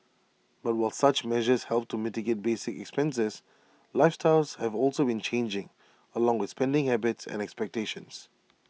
but while such measures help to mitigate basic expenses lifestyles have also been changing along with spending habits and expectations